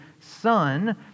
son